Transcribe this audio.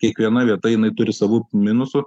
kiekviena vieta jinai turi savų minusų